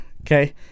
okay